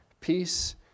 Peace